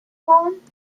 want